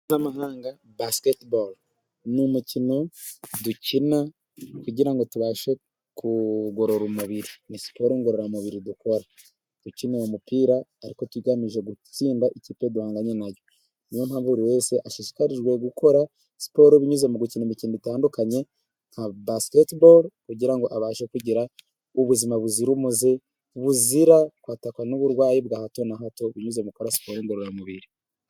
Umukino mpuzamahanga basiketiboro ni umukino dukina kugira ngo tubashe kugorora umubiri. Ni siporo ngororamubiri dukora dukina uwo mupira, ariko tugamije gutsinda ikipe duhanganye na yo. Ni yo mpamvu buri wese ashishikarizwa gukora siporo binyuze mu gukina imikino itandukanye, nka basiketiboro, kugira ngo abashe kugira ubuzima buzira umuze, buzira kwatakwa n’uburwayi bwa hato na hato, binyuze mu gukora siporo ngororamubiri.